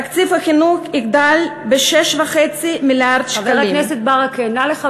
תקציב החינוך יגדל ב-6.5 מיליארד שקלים.